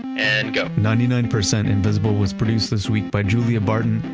and go ninety-nine percent invisible was produced this week by julia barton,